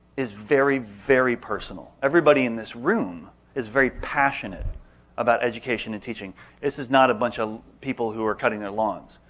is very, very personal. everybody in this room is very passionate about education and teaching. this is not a bunch of people who are cutting their lawns.